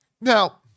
now